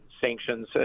Sanctions